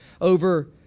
over